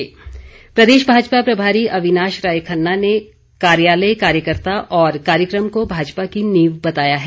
माजपा प्रदेश भाजपा प्रभारी अविनाश राय खन्ना ने कार्यालय कार्यकर्ता और कार्यक्रम को भाजपा की नींव बताया है